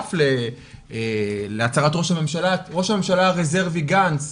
בנוסף להצהרת ראש הממשלה, ראש הממשלה הרזרבי, גנץ,